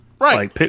Right